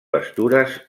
pastures